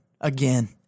again